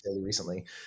recently